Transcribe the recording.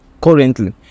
currently